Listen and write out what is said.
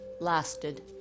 lasted